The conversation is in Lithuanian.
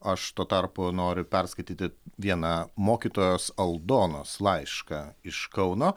aš tuo tarpu noriu perskaityti vieną mokytojos aldonos laišką iš kauno